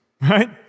right